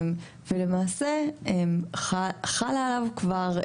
ולמעשה חלה עליו כבר,